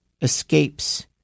escapes